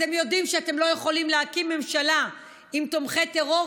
אתם יודעים שאתם לא יכולים להקים ממשלה עם תומכי טרור,